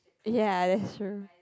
ya that's true